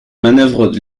manœuvre